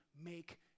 make